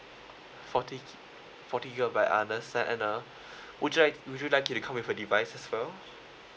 forty gi~ gigabyte I understand and uh would you like would you like it to come with a device as well